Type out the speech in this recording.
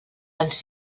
ens